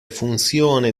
funzione